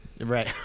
Right